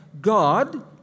God